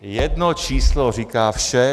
Jedno číslo říká vše.